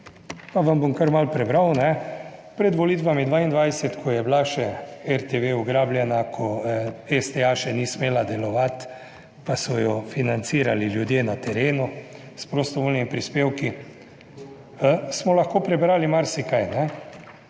pa vam bom kar malo prebral, ne pred volitvami 2022, ko je bila še RTV ugrabljena, ko STA še ni smela delovati, pa so jo financirali ljudje na terenu s prostovoljnimi prispevki smo lahko prebrali marsikaj.